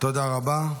תודה רבה.